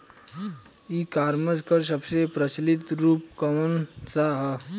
ई कॉमर्स क सबसे प्रचलित रूप कवन सा ह?